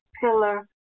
pillar